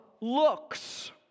looks